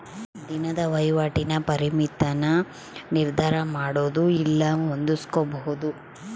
ದಿನದ ವಹಿವಾಟಿನ ಪರಿಮಿತಿನ ನಿರ್ಧರಮಾಡೊದು ಇಲ್ಲ ಹೊಂದಿಸ್ಕೊಂಬದು